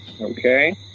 Okay